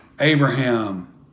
Abraham